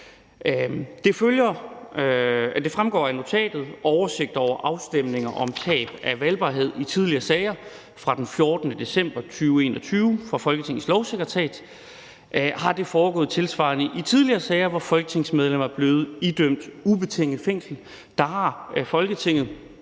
Det fremgår af notatet og oversigt over afstemninger om tab af valgbarhed i tidligere sager fra den 14. december 2021 fra Folketingets Lovsekretariat, at det er foregået tilsvarende i tidligere sager, hvor et folketingsmedlem er blevet idømt ubetinget fængsel, for der har Folketinget,